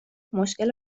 مشکل